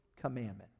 commandment